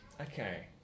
Okay